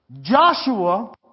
Joshua